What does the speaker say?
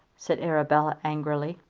said arabella, angrily.